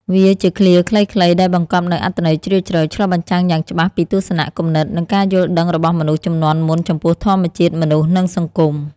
វាជាឃ្លាខ្លីៗដែលបង្កប់នូវអត្ថន័យជ្រាលជ្រៅ ឆ្លុះបញ្ចាំងយ៉ាងច្បាស់ពីទស្សនៈ គំនិត និងការយល់ដឹងរបស់មនុស្សជំនាន់មុនចំពោះធម្មជាតិ មនុស្ស និងសង្គម។